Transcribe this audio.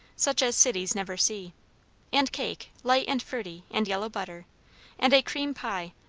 such as cities never see and cake, light and fruity and yellow butter and a cream pie,